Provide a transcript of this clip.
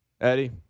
Eddie